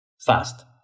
fast